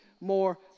more